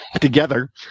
together